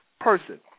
person